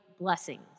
blessings